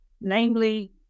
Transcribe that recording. Namely